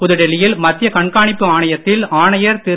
புதுடெல்லியில் மத்திய கண்காணிப்பு ஆணயத்தில் ஆணையர் திரு